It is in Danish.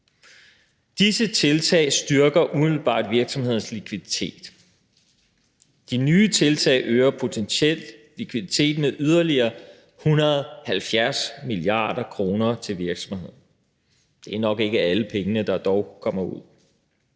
Disse tiltag styrker umiddelbart virksomhedernes likviditet. De nye tiltag øger potentielt likviditeten yderligere med 170 mia. kr. til virksomhederne. Det er dog nok ikke alle pengene, der kommer ud.